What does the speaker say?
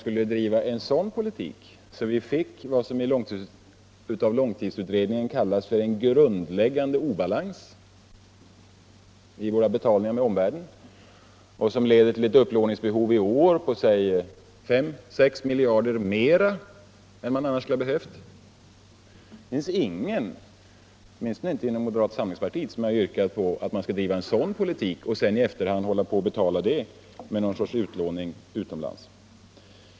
Men jag tror inte att någon från det hållet har argumenterat för en politik som innebär att vi får vad som långtidsutredningen kallar en grundläggande obalans i våra betalningar till omvärlden och som leder till ett upplåningsbehov i år på kanske 5-6 miljarder mera än vad man annars skulle ha behövt låna. Det finns ingen, åtminstone inte inom moderata samlingspartiet, som har yrkat på att man skulle driva en sådan politik, som i efterhand skulle betalas med någon sorts upplåning utomlands.